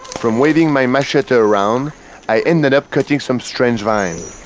from waving my machete around i ended up cutting some strange vine.